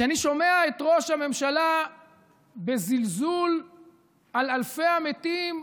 כשאני שומע את ראש הממשלה בזלזול על אלפי המתים,